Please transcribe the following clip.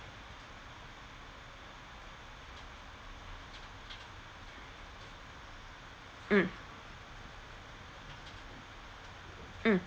mm mm